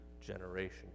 generation